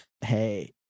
hey